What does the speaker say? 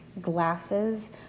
glasses